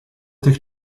tych